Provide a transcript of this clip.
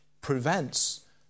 prevents